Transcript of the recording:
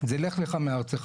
זה "לך לך מארצך".